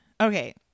Okay